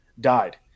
died